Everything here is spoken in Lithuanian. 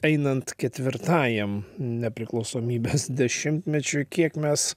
einant ketvirtajam nepriklausomybės dešimtmečiui kiek mes